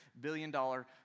billion-dollar